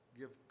give